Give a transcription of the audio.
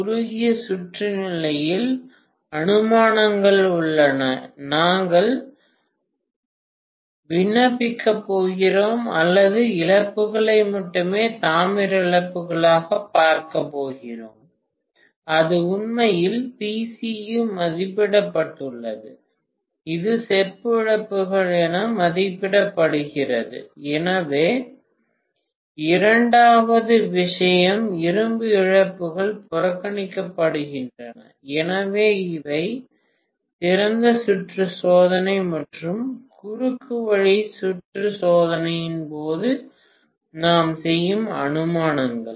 குறுகிய சுற்று நிலையில் அனுமானங்கள் உள்ளன நாங்கள் விண்ணப்பிக்கப் போகிறோம் அல்லது இழப்புகளை மட்டுமே தாமிர இழப்புகளாகப் பார்க்கப் போகிறோம் அது உண்மையில் Pcu மதிப்பிடப்பட்டுள்ளது இது செப்பு இழப்புகள் என மதிப்பிடப்படுகிறது எனவே இரண்டாவது விஷயம் இரும்பு இழப்புகள் புறக்கணிக்கப்படுகின்றன எனவே இவை திறந்த சுற்று சோதனை மற்றும் குறுக்குவழி சுற்று சோதனையின் போது நாம் செய்யும் அனுமானங்கள்